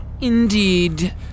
Indeed